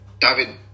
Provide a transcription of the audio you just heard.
David